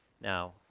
Now